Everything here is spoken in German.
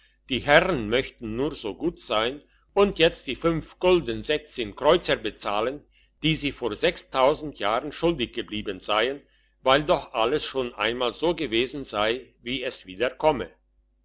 die herren möchten nur so gut sein und jetzt die fünf gulden kreuzer bezahlen die sie vor sechstausend jahren schuldig geblieben seien weil doch alles schon einmal so gewesen sei wie es wieder komme